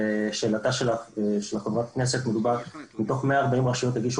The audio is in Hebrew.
לשאלתה של חברת הכנסת מתוך 140 רשויות הגישו